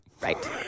Right